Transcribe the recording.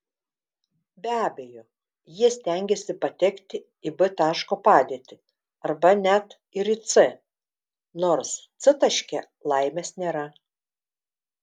be abejo jie stengiasi patekti į b taško padėtį arba net ir į c nors c taške laimės nėra